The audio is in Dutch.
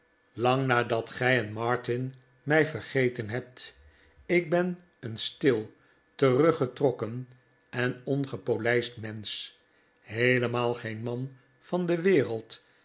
lang nadat gij en martin mij vergeten hebt ik ben een stil teruggetrokken en ongepolijst mensch heelemaal geen man van de wereld